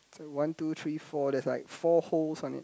there's like one two three four there's like four holes on it